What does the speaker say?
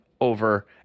over